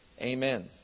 amen